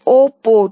0 port